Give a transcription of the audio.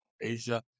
Asia